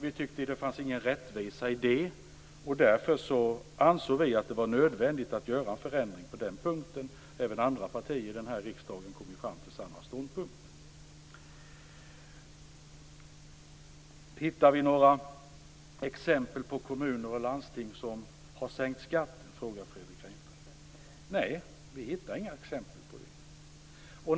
Vi tyckte inte att det fanns någon rättvisa i det. Därför ansåg vi att det var nödvändigt att göra en förändring på den punkten. Även andra partier i denna riksdag kom fram till samma ståndpunkt. Hittar vi några exempel på kommuner och landsting som har sänkt skatten? frågar Fredrik Reinfeldt. Nej, vi hittar inga exempel på det.